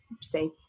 say